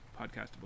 podcast